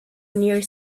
near